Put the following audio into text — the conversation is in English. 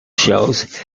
shows